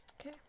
Okay